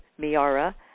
Miara